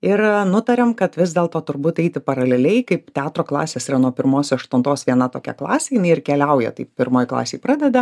ir nutarėm kad vis dėlto turbūt eiti paraleliai kaip teatro klasės yra nuo pirmos aštuntos viena tokia klasė jinai ir keliauja taip pirmoj klasėj pradeda